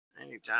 anytime